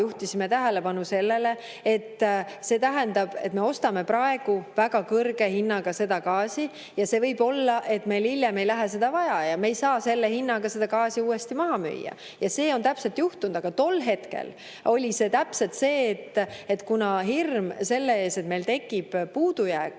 juhtisime tähelepanu sellele, et see tähendab, et me ostame praegu selle gaasi väga kõrge hinnaga ja võib olla, kui meil ei lähe seda vaja, ei saa [me] hiljem selle hinnaga seda gaasi uuesti maha müüa. Ja see on täpselt juhtunud. Aga tol hetkel oli täpselt see, et kuna hirm selle ees, et meil tekib puudujääk,